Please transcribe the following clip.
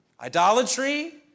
idolatry